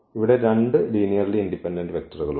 ഇവിടെ രണ്ടു linearly independent വെക്ടറുകൾ ഉണ്ട്